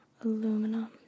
Aluminum